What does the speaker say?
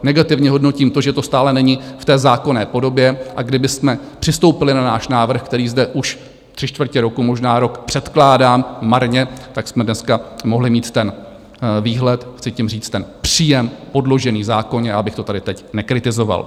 Negativně hodnotím to, že to stále není v té zákonné podobě, a kdybychom přistoupili na náš návrh, který zde už tři čtvrtě roku, možná rok předkládám, marně, tak jsme dneska mohli mít ten výhled, chci tím říct ten příjem, podložený v zákoně, a já bych to tady teď nekritizoval.